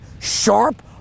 sharp